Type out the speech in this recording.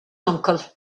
uncle